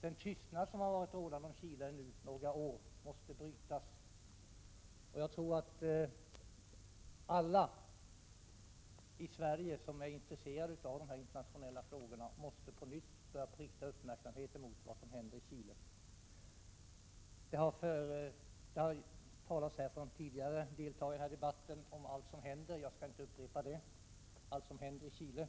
den tystnad om Chile som nu har varit rådande under några år måste brytas och att alla i Sverige som är intresserade av dessa internationella frågor på nytt måste börja rikta uppmärksamheten mot vad som händer i Chile. Övriga deltagare i den här debatten har redan talat om vad som händer i Chile — jag skall inte upprepa det.